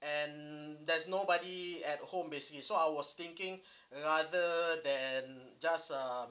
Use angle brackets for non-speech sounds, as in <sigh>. and that's nobody at home basically so I was thinking <breath> rather than just um